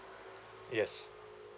yes